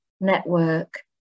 network